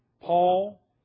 Paul